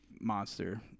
Monster